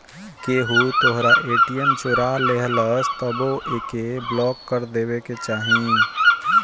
केहू तोहरा ए.टी.एम चोरा लेहलस तबो एके ब्लाक कर देवे के चाही